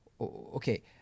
okay